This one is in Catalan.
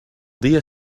dia